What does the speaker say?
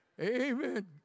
Amen